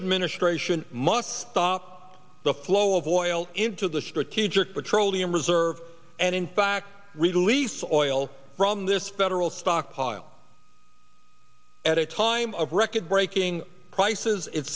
administration must stop the flow of oil into the strategic petroleum reserve and in fact release oil from this federal stockpile at a time of record breaking prices it